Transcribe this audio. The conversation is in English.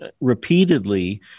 repeatedly